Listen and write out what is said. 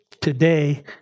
today